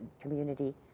community